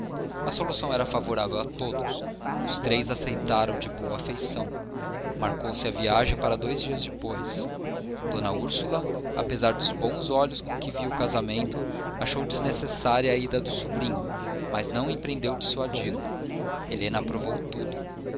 a solução era favorável a todos os três aceitaram de boa feição marcou se a viagem para dois dias depois d úrsula apesar dos bons olhos com que via o casamento achou desnecessária a ida do sobrinho mas não empreendeu dissuadi-lo helena aprovou tudo